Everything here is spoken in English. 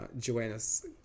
Joanna's